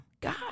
God